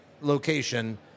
location